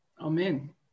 Amen